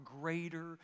greater